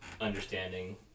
understanding